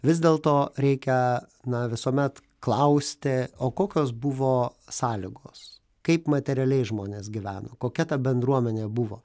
vis dėlto reikia na visuomet klausti o kokios buvo sąlygos kaip materialiai žmonės gyveno kokia ta bendruomenė buvo